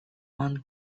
one